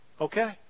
Okay